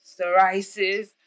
psoriasis